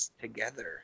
together